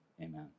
Amen